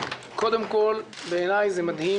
קודם כל, בעיניי זה מדהים